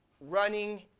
running